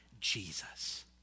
Jesus